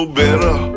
better